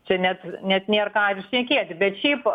čia net net nėr ką ir šnekėti bet šiaip